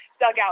dugout